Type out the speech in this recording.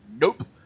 nope